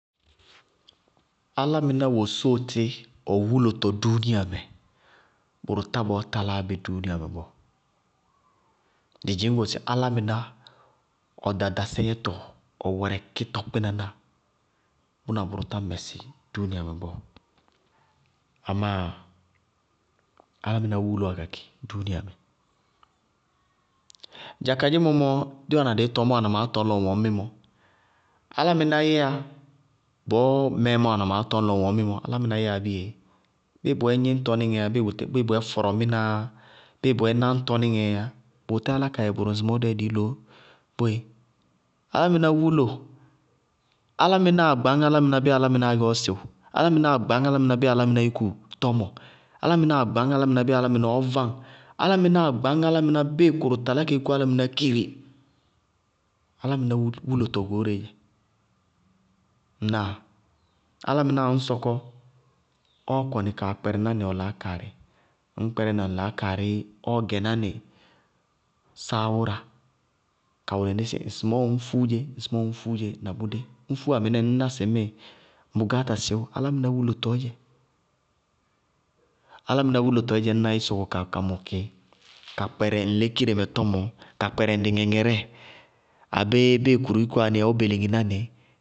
Álámɩná wosóo tí, ɔ wúlotɔ dúúnia mɛ, bʋrʋ tá bɔɔ taláa bí dúúnia mɛ bɔɔ. Dɩ dzɩñ go sɩ álámɩná, ɔ ɖaɖasɛ yɛtɔ, ɔ wɛrɛkítɔ kpínaná, bʋna bʋrʋ tá mɛsɩ dúúnia mɛ bɔɔ amá álámɩná wúlówá ka kɩ dúúnia mɛ. dza kadzémɔ dí wáana dɩí tɔñ, bɔɔ mɛɛ má wáana maá tɔñ, ŋñ mí mɛ mɔɔ, alaminá yɛá bí yéé, bíɩ bʋyɛ gníñtɔníŋɛ, bíɩ bʋyɛ fɔrɔmína, bíɩ bʋyɛ náñtɔníŋɛ yá bʋʋ tá yálá ka yɛ bʋrʋ ŋsɩmɔɔ dí yɛ dɩí loó boé. Álámɩná wúlo, álámɩnáa gbañ álámɩná bíɩ álámɩnáá gɛ ɔ sɩwʋ, álámɩnáá gbañ álámɩná bíɩ alaminá yúku tɔmɔ, álámɩnáá gbañ álámɩná bíɩ alaminá ɔɔ váŋ, álámɩnáá gbañ álámɩná bíɩ kʋrʋ talá ka yúkú álámɩná kiri! Álámɩná wúlotɔ goóreé dzɛ, ŋnáa? Álámɩná ŋñ sɔkɔ, ɔɔ kɔnɩ kaa kpɛrɛ mánɩ ɔ laákaarɩ, ŋñ kpɛrɛ naí ŋ laákaarɩí ɔɔ gɛ nánɩ sááwʋra ka wʋlɩ ní sɩ ŋsɩmɔɔ ŋñ fúú dzé, na bʋ dé ñ fúwa mɩnɛ mɔ, ŋñná sɩ ŋ bʋgááta sɩwʋʋ. Álámɩná wúlotɔɔ dzɛ, alaminá wúlotɔɔ dzɛ ñ na í, í sɔkɔ ka mʋkɩ. ka kpɛrɛ ŋ lékire mɛ tɔmɔ, ka kpɛrɛ ŋ dɩŋɛŋɛrɛ, abéé bíɩ kʋrʋ yúkú wá ní ɔ beleŋi ná nɩ.